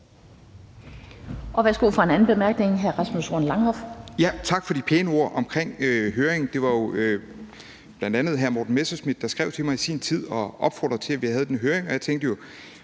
Langhoff for den anden korte bemærkning. Kl. 10:27 Rasmus Horn Langhoff (S): Tak for de pæne ord omkring høringen. Det var jo bl.a. hr. Morten Messerschmidt, der skrev til mig i sin tid og opfordrede til, at vi havde den høring, og jeg tænkte,